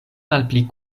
malpli